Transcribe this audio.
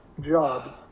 Job